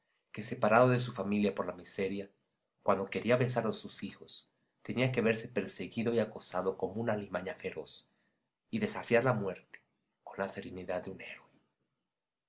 que separado de su familia por la miseria cuando quería besar a sus hijos tenía que verse perseguido y acosado como alimaña feroz y desafiar la muerte con la serenidad de un héroe